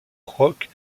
rock